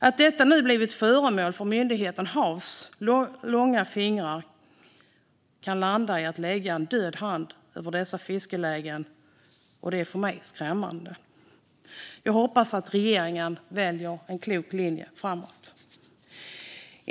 Att detta nu blivit föremål för myndigheten HaV:s långa fingrar kan landa i att det läggs en död hand över dessa fiskelägen, och det är för mig skrämmande. Jag hoppas att regeringen väljer en klok linje framåt.